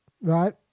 Right